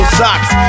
socks